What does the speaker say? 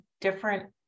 different